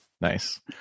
Nice